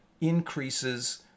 increases